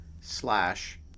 slash